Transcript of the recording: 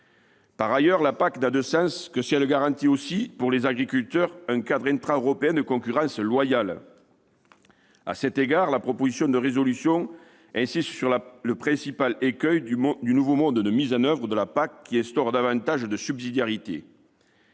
Par ailleurs, la PAC n'a de sens que si elle garantit aussi pour ses agriculteurs un cadre intra-européen de concurrence loyale. À cet égard, la proposition de résolution insiste sur le principal écueil du nouveau mode de mise en oeuvre de la PAC, qui instaure davantage de subsidiarité.